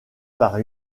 par